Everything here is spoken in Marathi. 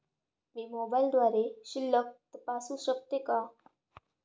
मी मोबाइलद्वारे शिल्लक तपासू शकते का?